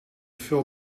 veel